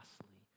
costly